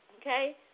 okay